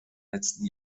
letzten